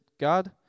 God